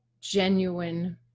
genuine